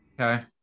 Okay